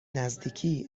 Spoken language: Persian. نزدیکی